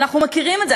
אנחנו מכירים את זה.